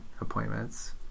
appointments